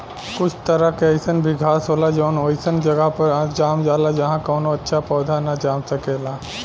कुछ तरह के अईसन भी घास होला जवन ओइसन जगह पर जाम जाला जाहा कवनो अच्छा पौधा ना जाम सकेला